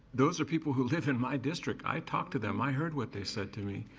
those are people who live in my district. i talk to them. i heard what they said to me.